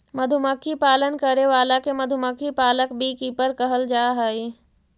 मधुमक्खी पालन करे वाला के मधुमक्खी पालक बी कीपर कहल जा हइ